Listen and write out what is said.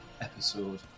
episode